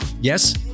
Yes